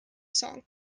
song